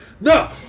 No